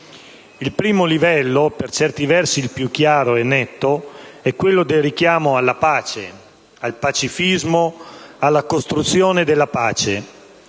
Il primo livello, per certi versi più chiaro e netto, è quello del richiamo alla pace, al pacifismo, alla costruzione della pace.